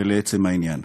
ולעצם העניין.